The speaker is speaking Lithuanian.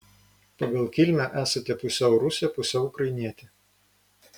pagal kilmę esate pusiau rusė pusiau ukrainietė